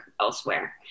elsewhere